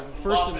First